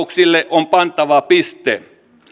on pantava piste